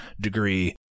degree